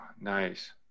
nice